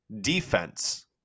defense